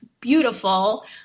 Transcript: beautiful